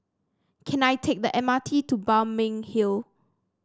can I take the M R T to Balmeg Hill